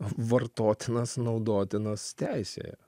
vartotinas naudotinas teisėje